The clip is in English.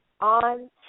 on